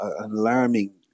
alarming